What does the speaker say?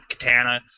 katana